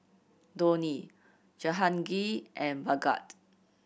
Dhoni Jehangirr and Bhagat